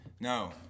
No